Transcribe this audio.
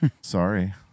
Sorry